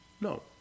No